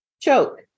Choke